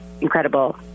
incredible